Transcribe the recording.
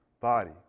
body